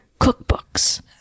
Cookbooks